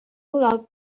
out